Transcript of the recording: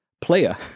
player